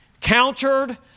countered